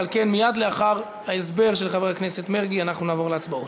ועל כן מייד לאחר ההסבר של חבר הכנסת מרגי אנחנו נעבור להצבעות.